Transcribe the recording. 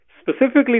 specifically